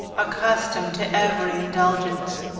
accustomed to every indulgence,